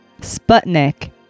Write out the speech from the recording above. Sputnik